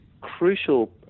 crucial